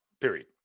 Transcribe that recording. period